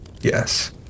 yes